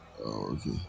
Okay